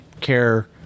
care